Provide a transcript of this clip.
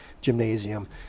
gymnasium